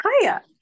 hiya